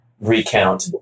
recount